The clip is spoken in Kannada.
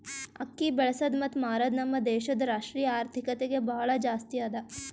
ಅಕ್ಕಿ ಬೆಳಸದ್ ಮತ್ತ ಮಾರದ್ ನಮ್ ದೇಶದ್ ರಾಷ್ಟ್ರೀಯ ಆರ್ಥಿಕತೆಗೆ ಭಾಳ ಜಾಸ್ತಿ ಅದಾ